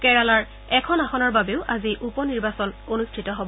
কেৰালাৰ এখন আসনৰ বাবেও আজি উপ নিৰ্বাচন অনুষ্ঠিত হ'ব